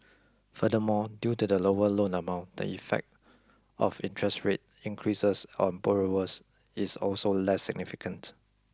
furthermore due to the lower loan amount the effect of interest rate increases on borrowers is also less significant